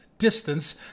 Distance